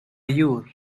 you